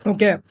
Okay